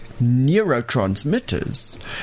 neurotransmitters